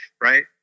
right